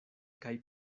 kaj